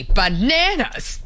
bananas